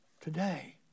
today